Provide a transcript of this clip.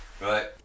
Right